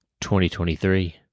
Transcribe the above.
2023